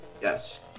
Yes